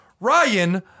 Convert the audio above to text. Ryan